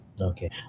Okay